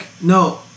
no